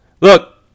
look